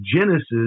Genesis